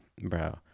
bro